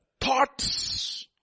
thoughts